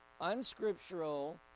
unscriptural